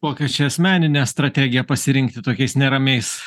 kokią čia asmeninę strategiją pasirinkti tokiais neramiais